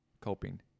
coping